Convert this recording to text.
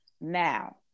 Now